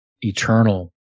eternal